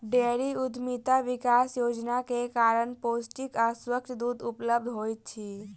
dairy उद्यमिता विकास योजना के कारण पौष्टिक आ स्वच्छ दूध उपलब्ध होइत अछि